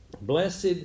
Blessed